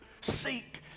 Seek